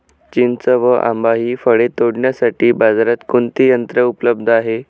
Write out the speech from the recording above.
चिंच व आंबा हि फळे तोडण्यासाठी बाजारात कोणते यंत्र उपलब्ध आहे?